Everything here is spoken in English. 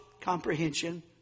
comprehension